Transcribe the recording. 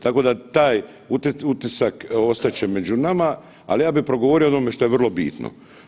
Tako da taj utisak ostat će među nama, al ja bi progovorio o onome što je vrlo bitno.